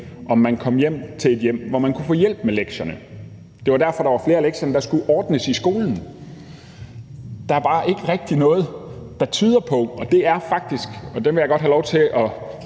om man kom hjem til et hjem, hvor man kunne få hjælp med lektierne. Det var derfor, der var flere af lektierne, der skulle ordnes i skolen. Der er bare ikke rigtig noget, der tyder på, at man faktisk kan se en sammenhæng –